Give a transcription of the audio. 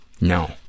No